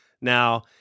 Now